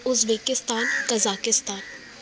Uzbekistan Kazakhstan